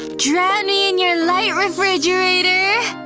drown me in your light, refrigerator!